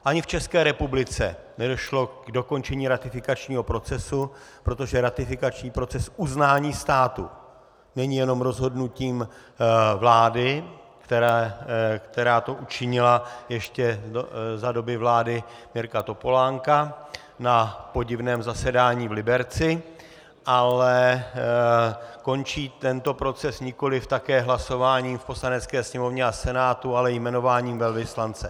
Ani v České republice nedošlo k dokončení ratifikačního procesu, protože ratifikační proces uznání státu není jenom rozhodnutím vlády, která to učinila ještě za doby vlády Mirka Topolánka na podivném zasedání v Liberci, ale končí tento proces nikoliv také hlasováním v Poslanecké sněmovně a Senátu, ale jmenováním velvyslance.